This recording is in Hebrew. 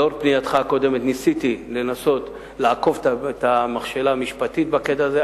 לאור פנייתך הקודמת ניסיתי לעקוף את המכשלה המשפטית בקטע הזה,